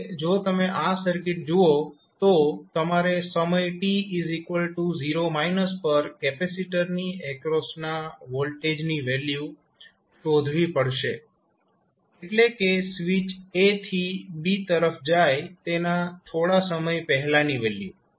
હવે જો તમે આ સર્કિટ જુઓ તો તમારે સમય t 0 પર કેપેસિટરની એક્રોસના વોલ્ટેજની વેલ્યુ શોધવી પડશે એટલે કે સ્વીચ a થી b તરફ જાય તેના થોડા સમય પહેલાંની વેલ્યુ